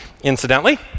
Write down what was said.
Incidentally